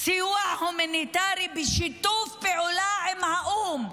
סיוע הומניטרי בשיתוף פעולה עם האו"ם,